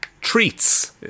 treats